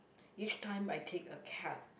each time I take a cab